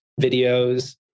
videos